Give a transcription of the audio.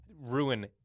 ruin